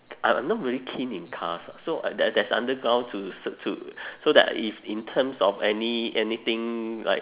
I'm not really keen in cars ah so there there is underground to so to so that if in terms of any anything like